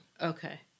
Okay